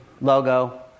logo